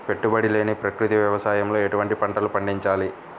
పెట్టుబడి లేని ప్రకృతి వ్యవసాయంలో ఎటువంటి పంటలు పండించాలి?